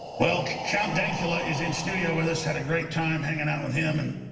well count dankula is in studio with us. had a great time hanging out with him and